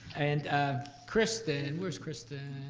and kristin, where's kristin?